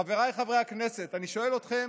חבריי חברי הכנסת, אני שואל אתכם